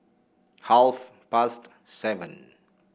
half past seven